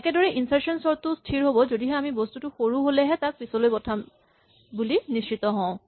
একেদৰে ইনচাৰ্চন চৰ্ট টোও স্হিৰ হ'ব যদিহে আমি বস্তুটো সৰু হ'লেহে তাক পিছলৈ পঠাম বুলি নিশ্চিত হওঁ